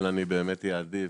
אבל אני באמת אעדיף,